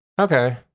okay